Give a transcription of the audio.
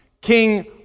King